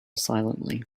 silently